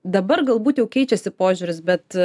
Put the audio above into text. dabar galbūt jau keičiasi požiūris bet